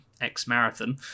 X-Marathon